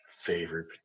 Favorite